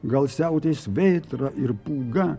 gal siautės vėtra ir pūga